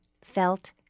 Felt